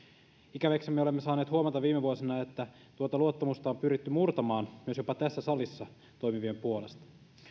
ikäväksemme olemme saaneet huomata viime vuosina että tuota luottamusta on pyritty murtamaan myös jopa tässä salissa toimivien puolesta